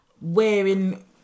wearing